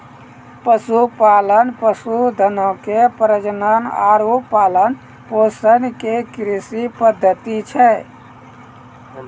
पशुपालन, पशुधनो के प्रजनन आरु पालन पोषण के कृषि पद्धति छै